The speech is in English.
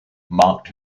marked